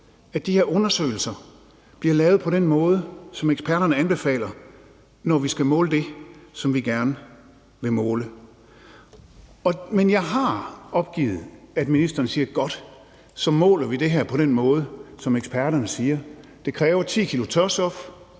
her undersøgelser bliver lavet på den måde, som eksperterne anbefaler, når vi skal måle det, som vi gerne vil måle. Men jeg har opgivet at få ministeren til at sige: Godt, så måler vi det på den måde, som eksperterne siger. Det kræver, at man tager